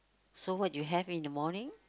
so what you have in the morning